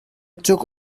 took